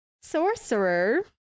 sorcerer